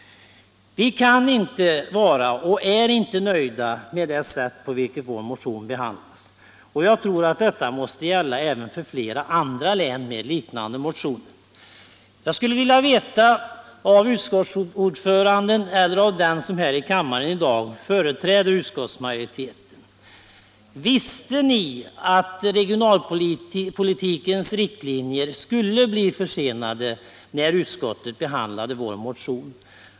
Vi kan inte vara och är inte nöjda med det sätt på vilket vår motion behandlas. Och jag tror att detta måste gälla även för flera andra län med liknande motioner. Jag skulle vilja veta av utskottsordföranden eller den som företräder utskottsmajoriteten här i kammaren i dag: Visste ni, när utskottet behandlade vår motion, att riktlinjerna för regionalpolitiken skulle bli försenade?